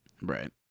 Right